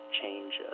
change